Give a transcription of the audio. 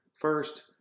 first